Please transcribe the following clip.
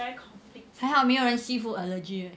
还好没有人 seafood allergy leh